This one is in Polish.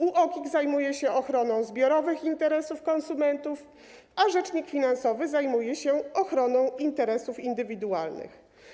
UOKiK zajmuje się ochroną zbiorowych interesów konsumentów, a rzecznik finansowy zajmuje się ochroną interesów indywidualnych.